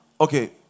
Okay